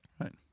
right